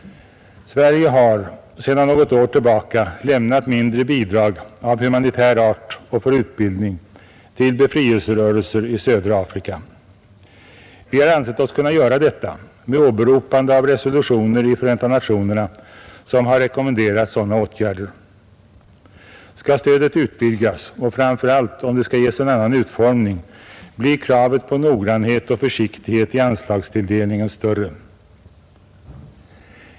Sverige har sedan något år tillbaka lämnat mindre bidrag av humanitär art och för utbildning till befrielserörelser i södra Afrika. Vi har ansett oss kunna göra det med åberopande av de resolutioner i Förenta nationerna som har rekommenderat sådana åtgärder. Om stödet skall utvidgas, och framför allt om det skall ges en annan utformning, blir kravet på noggrannhet och försiktighet i anslagstilldelningen större.